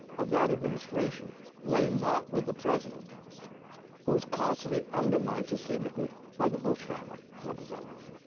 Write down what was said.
of that administration lay not with the president who was constantly undermined, systemically, by the bush family representatives!